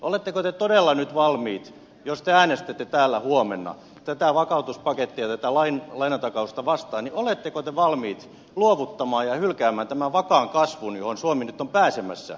oletteko te todella nyt valmiit jos te äänestätte täällä huomenna tätä vakautuspakettia tätä lainatakausta vastaan luovuttamaan ja hylkäämään tämän vakaan kasvun johon suomi nyt on pääsemässä